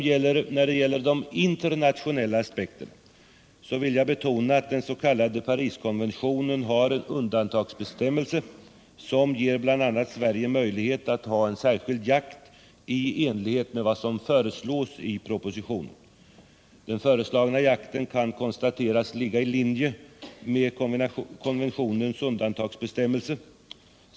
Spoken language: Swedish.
När det gäller de internationella aspekterna vill jag betona att i den s.k. Pariskonventionen finns en undantagsbestämmelse som ger bl.a. Sverige möjlighet att ha en särskild jakt i enlighet med vad som föreslås i propositionen. Den föreslagna jakten kan konstateras ligga i linje med konventionens undantagsbestämmelse.